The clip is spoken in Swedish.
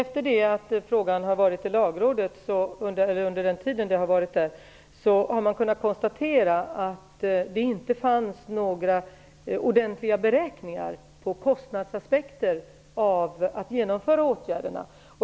Herr talman! Under den tid frågan har varit i Lagrådet har man kunnat konstatera att det inte fanns några ordentliga beräkningar på kostnadsaspekter av att genomföra åtgärderna.